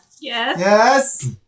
Yes